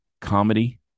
comedy